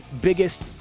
biggest